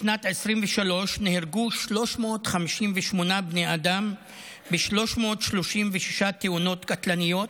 בשנת 2023 נהרגו 358 בני אדם ב-336 תאונות קטלניות,